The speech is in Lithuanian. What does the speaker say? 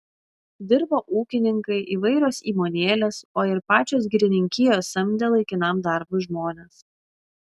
dirbo ūkininkai įvairios įmonėlės o ir pačios girininkijos samdė laikinam darbui žmones